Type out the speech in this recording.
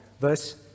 verse